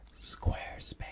Squarespace